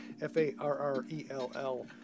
F-A-R-R-E-L-L